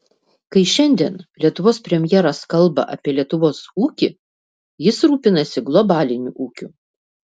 kai šiandien lietuvos premjeras kalba apie lietuvos ūkį jis rūpinasi globaliniu ūkiu